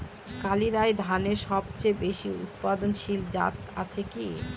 কালিরাই ধানের সবচেয়ে বেশি উৎপাদনশীল জাত আছে কি?